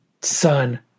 son